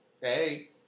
Hey